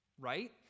right